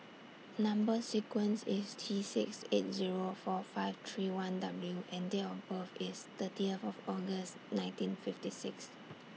Number sequence IS T six eight Zero four five three one W and Date of birth IS thirty of August nineteen fifty six